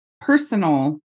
personal